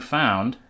found